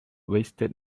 wasted